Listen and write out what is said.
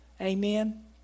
Amen